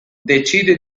decide